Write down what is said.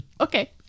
Okay